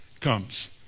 comes